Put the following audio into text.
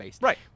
Right